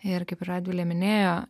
ir kaip radvilė minėjo